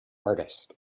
artist